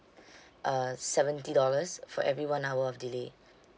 uh seventy dollars for every one hour of delay